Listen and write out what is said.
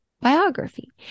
biography